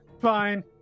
Fine